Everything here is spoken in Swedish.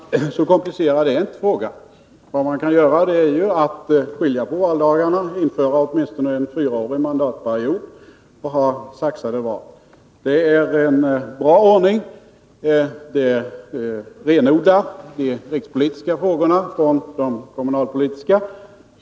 Herr talman! Så komplicerad är inte frågan. Vad man kan göra är att skilja på valdagarna, införa åtminstone en fyraårig mandatperiod och ha saxade val. Det är en bra ordning, som renodlar de rikspolitiska frågorna från de kommunalpolitiska.